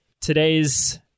today's